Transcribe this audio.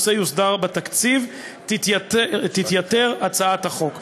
ואם הנושא יוסדר בתקציב תתייתר הצעת החוק.